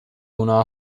una